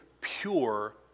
pure